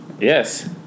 Yes